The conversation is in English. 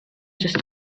just